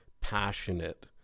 passionate